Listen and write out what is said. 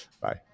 Bye